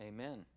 Amen